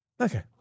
okay